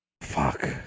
Fuck